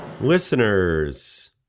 listeners